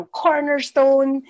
cornerstone